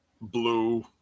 blue